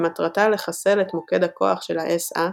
שמטרתה לחסל את מוקד הכוח של האס־אה,